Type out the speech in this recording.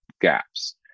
gaps